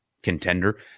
Contender